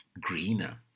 greener